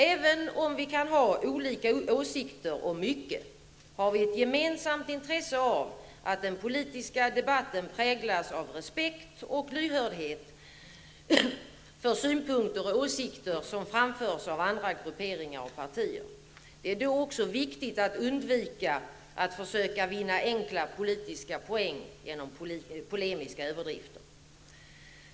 Även om vi kan ha olika åsikter om mycket, har vi ett gemensamt intresse av att den politiska debatten präglas av respekt och lyhördhet för synpunkter och åsikter som framförs av andra grupperingar och partier. Det är då också viktigt att undvika att försöka vinna enkla politiska poäng genom polemiska överdrifter.